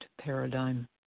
paradigm